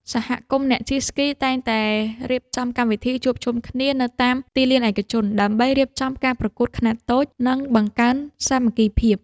សហគមន៍អ្នកជិះស្គីតែងតែរៀបចំកម្មវិធីជួបជុំគ្នានៅតាមទីលានឯកជន ដើម្បីរៀបចំការប្រកួតខ្នាតតូច និងបង្កើនសាមគ្គីភាព។